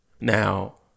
Now